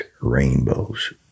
rainbows